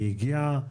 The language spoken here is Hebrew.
היא הגיעה,